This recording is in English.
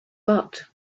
but